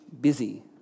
busy